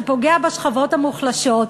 שפוגע בשכבות המוחלשות,